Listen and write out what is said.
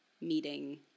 meeting